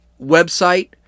website